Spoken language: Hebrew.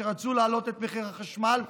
כשרצו להעלות את מחיר החשמל,